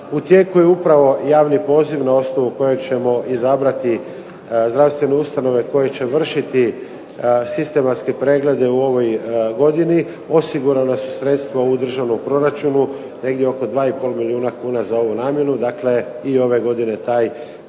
U tijeku je upravo javni poziv na osnovu kojeg ćemo izabrati zdravstvene ustanove koje će vršiti sistematske preglede u ovoj godini. Osigurana su sredstva u državnom proračunu, negdje oko 2,5 milijuna kuna za ovu namjenu. Dakle i ovaj godine taj